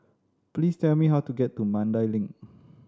please tell me how to get to Mandai Link